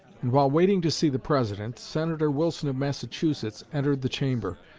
and while waiting to see the president, senator wilson of massachusetts entered the chamber,